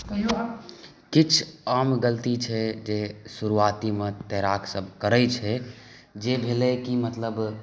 किछु आम गलती छै जे शुरुआतीमे तैराक सब करै छै जे भेलै कि मतलब